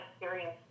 experience